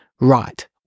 right